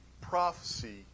prophecy